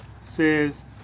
says